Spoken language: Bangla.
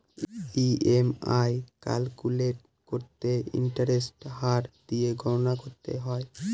ই.এম.আই ক্যালকুলেট করতে ইন্টারেস্টের হার দিয়ে গণনা করতে হয়